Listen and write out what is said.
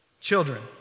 Children